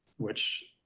which,